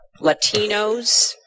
Latinos